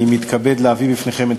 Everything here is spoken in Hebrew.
אין מתנגדים,